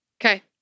Okay